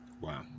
Wow